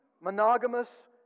monogamous